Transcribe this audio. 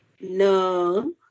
No